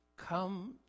Come